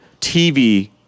TV